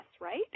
right